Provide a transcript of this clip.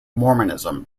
mormonism